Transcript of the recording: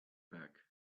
back